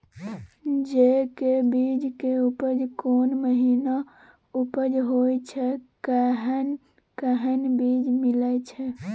जेय के बीज के उपज कोन महीना उपज होय छै कैहन कैहन बीज मिलय छै?